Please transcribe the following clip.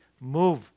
move